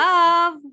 Love